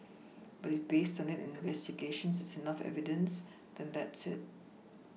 but if based on it and investigations there's enough evidence then that's it